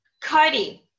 Cody